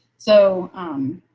so, um,